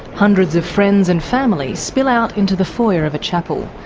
hundreds of friends and family spill out into the foyer of a chapel.